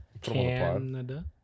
Canada